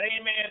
amen